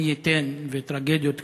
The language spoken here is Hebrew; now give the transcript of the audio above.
מי ייתן וטרגדיות כאלה,